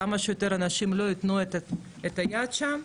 כמה שיותר אנשים לא ייתנו את היד שם,